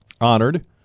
honored